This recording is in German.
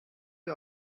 wir